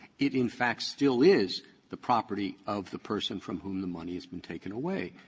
it, in fact, still is the property of the person from whom the money has been taken away.